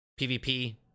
PvP